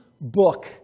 Book